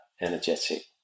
energetic